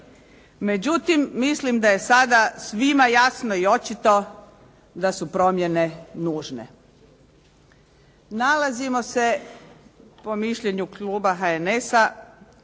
Međutim mislim da je sada svima jasno i očito da su promjene nužne. Nalazimo se po mišljenju Kluba HNS-a